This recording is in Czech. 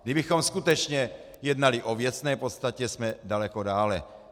Kdybychom skutečně jednali o věcné podstatě, jsme daleko dále.